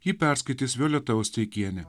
jį perskaitys violeta osteikienė